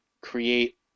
create